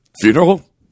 funeral